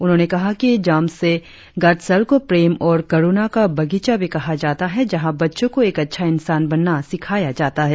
उन्होंने कहा कि झाम्से गत्सल को प्रेम और करुणा का बगीचा भी कहा जाता है जहाँ बच्चों को एक अच्छा इंसान बनना सिखाया जाता है